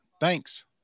Thanks